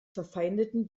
verfeindeten